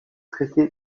traité